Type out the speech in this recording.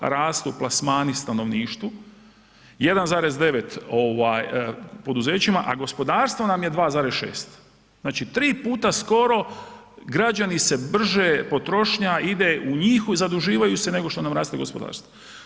6,2% rastu plasmani stanovništvu, 1,9 ovaj poduzećima, a gospodarstvo nam je 2,6 znači 3 puta skoro građani se brže potrošnja ide u njih, zaduživaju se nego što nam raste gospodarstvo.